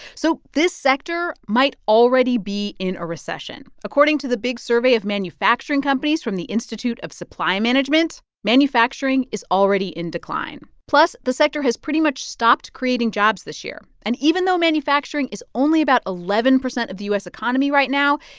so this sector might already be in a recession. according to the big survey of manufacturing companies from the institute of supply management, manufacturing is already in decline. plus, the sector has pretty much stopped creating jobs this year. and even though manufacturing is only about eleven percent of the u s. economy right now,